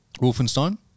Wolfenstein